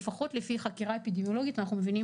לפחות לפי חקירה אפידמיולוגית אנחנו מבינים